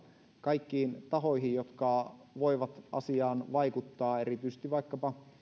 kaikkiin tahoihin jotka voivat asiaan vaikuttaa erityisesti vaikkapa